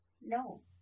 no